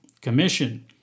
Commission